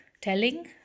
telling